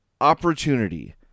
opportunity